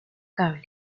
cable